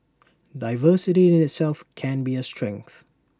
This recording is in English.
diversity in itself can be A strength